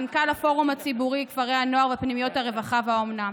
מנכ"ל הפורום הציבורי כפני הנוער ופנימיות הרווחה והאומנה,